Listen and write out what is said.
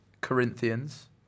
Corinthians